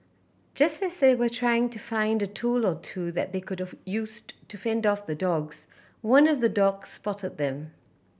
just as they were trying to find a tool or two that they could of use to fend off the dogs one of the dogs spotted them